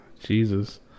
Jesus